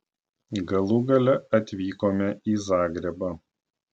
galų gale atvykome į zagrebą